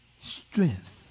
strength